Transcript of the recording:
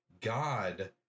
god